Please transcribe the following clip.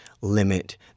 limit